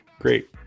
Great